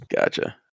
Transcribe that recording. Gotcha